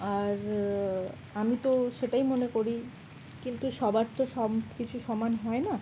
আর আমি তো সেটাই মনে করি কিন্তু সবার তো সব কিছু সমান হয় না